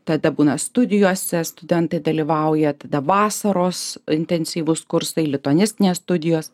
tada būna studijose studentai dalyvauja tada vasaros intensyvūs kursai lituanistinės studijos